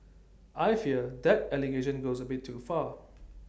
I fear that allegation goes A bit too far